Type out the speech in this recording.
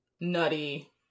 nutty